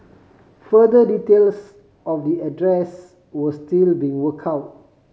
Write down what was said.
further details of the address were still being work out